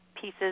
pieces